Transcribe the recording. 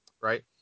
right